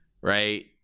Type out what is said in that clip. right